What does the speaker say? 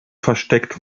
versteckt